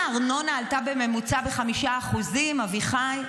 האם הארנונה עלתה בממוצע ב-5%, אביחי?